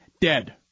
dead